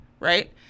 right